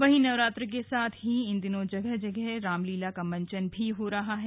वहीं नवरात्र के साथ ही इन दिनों जगह जगह रामलीला मंचन की भी धूम है